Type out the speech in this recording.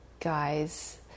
guys